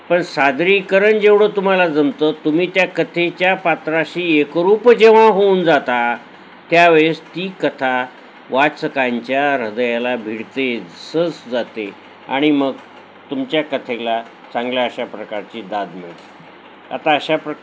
पण सादरीकरण जेवढं तुम्हाला जमतं तुम्ही त्या कथेच्या पात्राशी एक रूप जेव्हा होऊन जाता त्यावेळेस ती कथा वाचकांच्या ह्रदयाला भिडते सहज जाते आणि मग तुमच्या कथेला चांगल्या अशा प्रकारची दाद मिळते आता अशा प्र